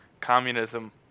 communism